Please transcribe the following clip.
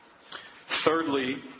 Thirdly